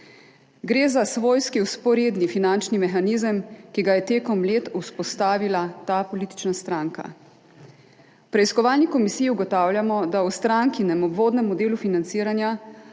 Gre za svojski vzporedni finančni mehanizem, ki ga je med leti vzpostavila ta politična stranka. V preiskovalni komisiji ugotavljamo, da v strankinem obvodnem modelu financiranja